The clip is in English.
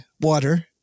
water